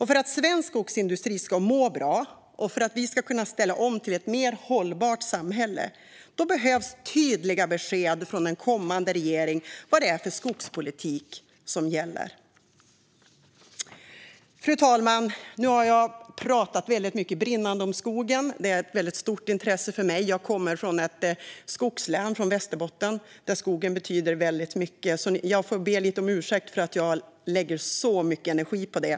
För att svensk skogsindustri ska må bra och för att vi ska kunna ställa om till ett mer hållbart samhälle behövs tydliga besked från en kommande regering om vad det är för skogspolitik som gäller. Fru talman! Nu har jag pratat mycket och brinnande om skogen. Det är ett stort intresse för mig. Jag kommer från ett skogslän, Västerbotten, där skogen betyder mycket, så jag får be lite om ursäkt för att jag lägger så mycket energi på detta.